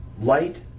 light